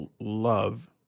love